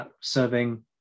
serving